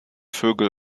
vögel